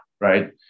Right